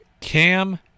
Cam